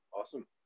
Awesome